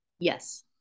yes